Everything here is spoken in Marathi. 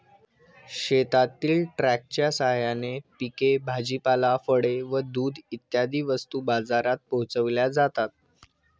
शेतातील ट्रकच्या साहाय्याने पिके, भाजीपाला, फळे व दूध इत्यादी वस्तू बाजारात पोहोचविल्या जातात